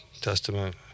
Testament